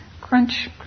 crunch